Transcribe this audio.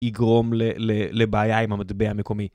יגרום לבעיה עם המטבע המקומי.